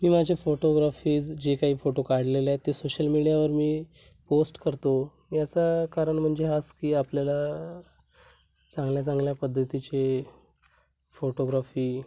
मी माझे फोटोग्राफीज् जे काही फोटो काढलेले आहेत ते सोशल मीडियावर मी पोस्ट करतो याचा कारण म्हणजे हाच की आपल्याला चांगल्या चांगल्या पद्धतीचे फोटोग्राफी